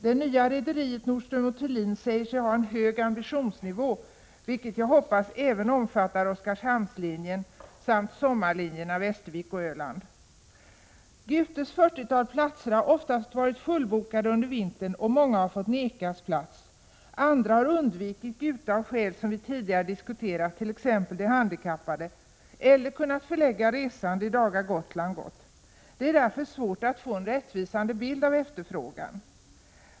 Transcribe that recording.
Det nya rederiet Nordström & Thulin säger sig ha en hög ambitionsnivå, vilket jag hoppas även omfattar Oskarshamnslinjen samt sommarlinjerna från Västervik och Öland. Gutes 40-tal platser har oftast varit fullbokade under vintern, och många har nekats plats. Andra har undvikit Gute av skäl som vi tidigare diskuterat, t.ex. de handikappade, eller har kunnat förlägga resan till de dagar M/S Gotland gått. Det är därför svårt att få en rättvisande bild av efterfrågan.